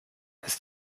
ist